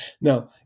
Now